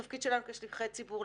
התפקיד שלנו כשליחי ציבור,